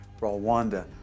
Rwanda